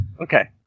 Okay